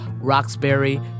Roxbury